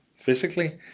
physically